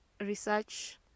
research